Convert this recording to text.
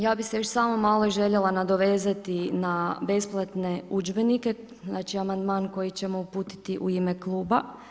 Ja bih se još samo malo željela nadovezati na besplatne udžbenike, znači amandman koji ćemo uputiti u ime Kluba.